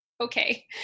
okay